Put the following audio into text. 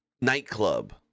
nightclub